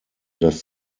das